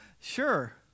Sure